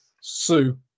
sue